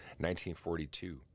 1942